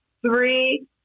three